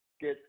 get